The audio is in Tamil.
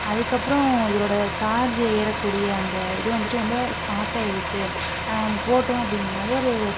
அதுக்கப்றம் இதோடய சார்ஜ் ஏறகக்கூடிய அந்த இது வந்துட்டு ரொம்ப ஃபாஸ்ட்டாக ஏறுச்சி போட்டோம் அப்படின்னாலே ஒரு